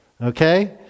Okay